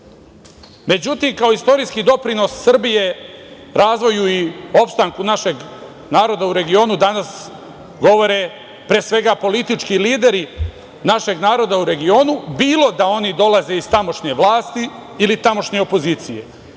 Međutim, kao istorijski doprinos Srbije razvoju i opstanku našeg naroda u regionu danas govore, pre svega politički lideri našeg naroda u regionu, bilo da oni dolaze iz tamošnje vlasti ili tamošnje opozicije.